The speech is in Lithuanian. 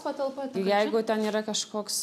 patalpa jeigu ten yra kažkoks